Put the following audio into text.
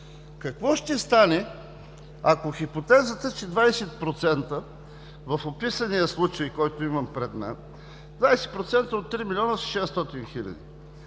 Какво ще стане, ако хипотезата, че 20% – в описания случай, който имам пред мен, 20% от 3 милиона са 600 хиляди,